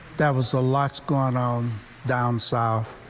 that was a lot's gone um down south.